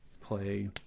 play